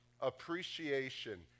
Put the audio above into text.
Appreciation